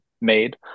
made